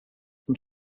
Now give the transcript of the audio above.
from